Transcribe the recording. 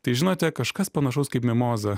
tai žinote kažkas panašaus kaip mimoza